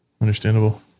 Understandable